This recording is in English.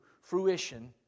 fruition